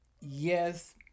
yes